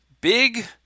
Big